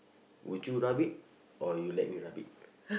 would you rub it or you let me rub it